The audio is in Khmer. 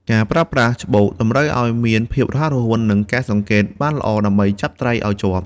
ការប្រើប្រាស់ច្បូកតម្រូវឲ្យមានភាពរហ័សរហួន និងការសង្កេតបានល្អដើម្បីចាប់ត្រីឲ្យជាប់។